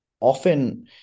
often